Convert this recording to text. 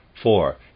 Four